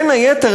בין היתר,